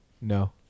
No